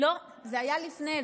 לא, זה היה לפני.